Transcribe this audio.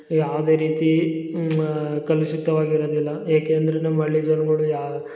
ಯಾವುದೇ ರೀತಿ ಕಲುಷಿತವಾಗಿರದಿಲ್ಲ ಏಕೆ ಅಂದರೆ ನಮ್ಮ ಹಳ್ಳಿ ಜನಗಳು ಯಾ